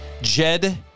Jed